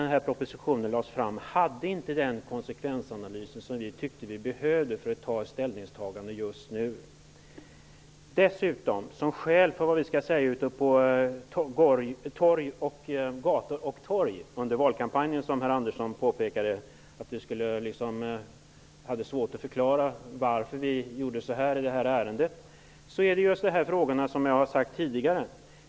När propositionen lades fram hade vi inte heller den konsekvensanalys som vi tyckte att vi behövde för att göra ett ställningstagande just nu. Herr Andersson påpekade att vi skulle ha svårt att ute på gator och torg under valkampanjen förklara varför vi gjorde så här i det här ärendet. Skälet är just det som jag har sagt tidigare.